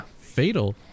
Fatal